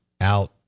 out